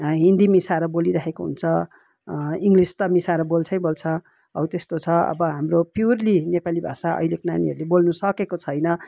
हिन्दी मिसाएर बोलिरहेको हुन्छ इङ्ग्लिस त मिसाएर बोल्छै बोल्छ हौ त्यस्तो छ अब हाम्रो प्योरली नेपाली भाषा अहिलेको नानीहरूले बोल्नु सकेको छैन